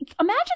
Imagine